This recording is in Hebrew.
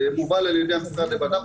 זה מובל על ידי המשרד לבט"פ,